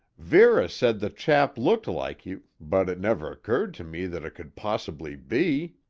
vera said the chap looked like you, but it never occurred to me that it could possibly be!